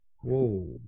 Whoa